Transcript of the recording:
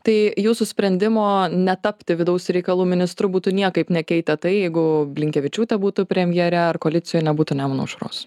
tai jūsų sprendimo netapti vidaus reikalų ministru būtų niekaip nekeitę tai jeigu blinkevičiūtė būtų premjere ar koalicijoj nebūtų nemuno ašaros